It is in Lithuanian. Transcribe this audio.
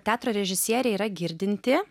teatro režisieriai yra girdinti